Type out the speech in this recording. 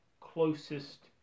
closest